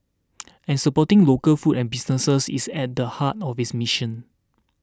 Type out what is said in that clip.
and supporting local food and businesses is at the heart of its mission